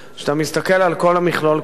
כשאתה מסתכל על כל המכלול כולו,